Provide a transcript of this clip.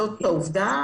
זאת העובדה,